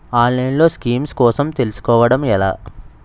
ఆన్లైన్లో స్కీమ్స్ కోసం తెలుసుకోవడం ఎలా?